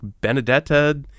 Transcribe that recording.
Benedetta